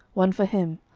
one for him,